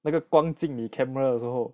那个光进你 camera 的时候